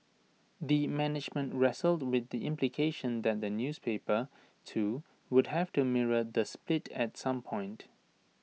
the management wrestled with the implication that the newspaper too would have to mirror the split at some point